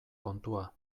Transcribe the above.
kontua